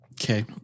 okay